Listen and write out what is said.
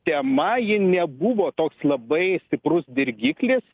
tema ji nebuvo toks labai stiprus dirgiklis